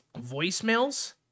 voicemails